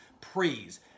praise